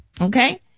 Okay